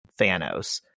Thanos